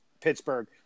Pittsburgh